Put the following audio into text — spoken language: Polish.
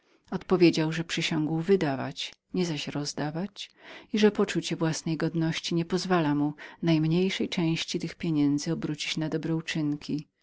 odpowiedział że przysiągł wydać na siebie nie zaś rozdawać i że uczucie własnej godności nie pozwalało mu najmniejszej części tych pieniędzy obrócić na